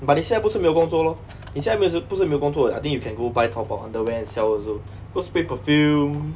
but 你现在不是没有工作 lor 你现在没有不是没有工作 lor I think you can go buy 淘宝 underwear and sell also go spray perfume